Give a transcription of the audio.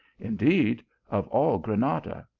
indeed of all granada.